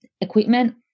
equipment